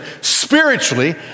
spiritually